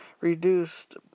reduced